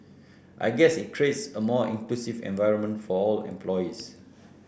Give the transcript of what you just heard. I guess it creates a more inclusive environment for all employees